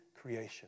creation